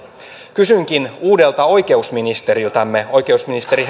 kysynkin uudelta oikeusministeriltämme oikeusministeri